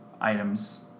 items